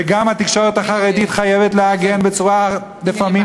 וגם התקשורת החרדית חייבת להגן בצורה לפעמים